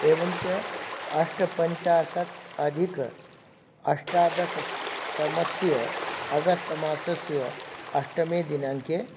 एवञ्च अष्टपञ्चाशत् अधिक अष्टादसतमस्य अगस्त् मासस्य अष्टमे दिनाङ्के